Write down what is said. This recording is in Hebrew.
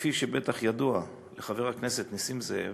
כפי שבטח ידוע לחבר הכנסת נסים זאב,